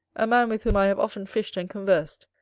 a man with whom i have often fished and conversed,